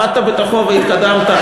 עבדת בתוכו והתקדמת,